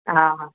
हा